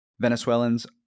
Venezuelans